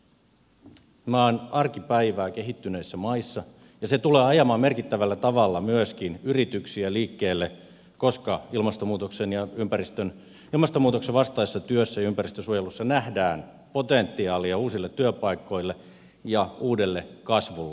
tämä on arkipäivää kehittyneissä maissa ja se tulee ajamaan merkittävällä tavalla myöskin yrityksiä liikkeelle koska ilmastonmuutoksen vastaisessa työssä ja ympäristönsuojelussa nähdään potentiaalia uusille työpaikoille ja uudelle kasvulle